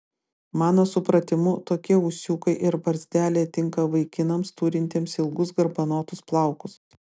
mano supratimu tokie ūsiukai ir barzdelė tinka vaikinams turintiems ilgus garbanotus plaukus